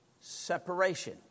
separation